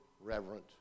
reverent